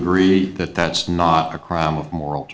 agree that that's not a crime of moral